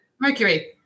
mercury